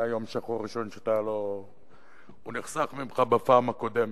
היה יום שחור ראשון שנחסך ממך בפעם הקודמת.